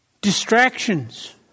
Distractions